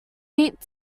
heat